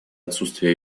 отсутствия